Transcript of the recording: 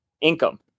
income